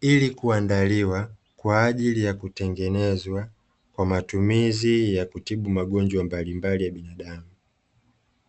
ili kuandaliwa kwa ajili ya kutengenezwa kwa matumizi ya kutibu magonjwa mbalimbali ya binadamu.